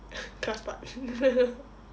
class part